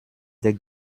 der